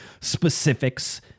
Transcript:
specifics